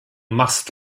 must